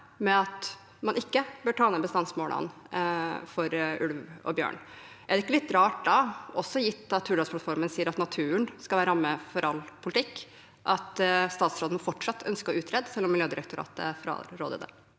med at man ikke bør ta ned bestandsmålene for ulv og bjørn. Er det ikke da litt rart, også gitt at Hurdalsplattformen sier at naturen skal være ramme for all politikk, at statsråden fortsatt ønsker å utrede dette, selv om Miljødirektoratet fraråder det?